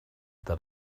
that